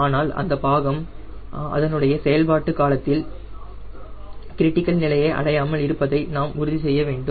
ஆனால் அந்த பாகம் அதனுடைய செயல்பாட்டு காலத்தில் கிரிடிகல் நிலையை அடையாமல் இருப்பதை நாம் உறுதி செய்ய வேண்டும்